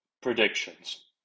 predictions